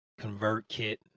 ConvertKit